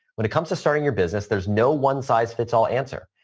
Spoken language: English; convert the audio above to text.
when it comes to starting your business, there's no one size fits all answer.